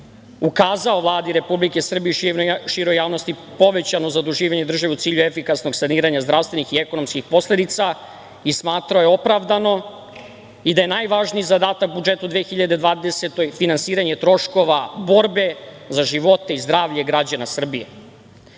ukazao Vladi Republike Srbije i široj javnosti povećano zaduživanje države u cilju efikasnog saniranja zdravstvenih i ekonomskih posledica i smatrao je opravdano i da je najvažniji zadatak budžeta u 2020. godini finansiranje troškova borbe za živote i zdravlje građana